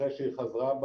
אחרי שהיא חזרה.